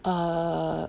err